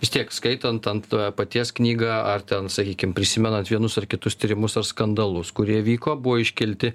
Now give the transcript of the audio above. vis tiek skaitant ant paties knygą ar ten sakykim prisimenant vienus ar kitus tyrimus ar skandalus kurie vyko buvo iškelti